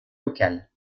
locales